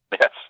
yes